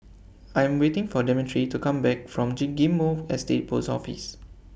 I Am waiting For Demetri to Come Back from Ghim Moh Estate Post Office